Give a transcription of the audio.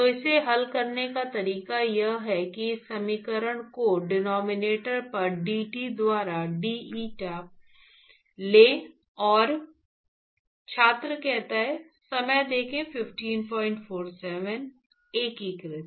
तो इसे हल करने का तरीका यह है कि इस समीकरण को डिनोमिनेटर पर dT द्वारा deta लें और एकीकृत